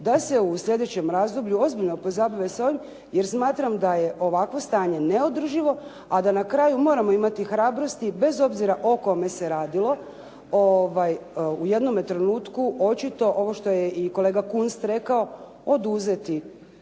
li se u slijedećem razdoblju ozbiljno pozabave sa ovim, jer smatram da je ovakvo stanje neodrživo, a da na kraju moramo imati hrabrosti bez obzira o kome se radio. U jednome trenutku očito, ovo što je i kolega Kunst rekao, oduzeti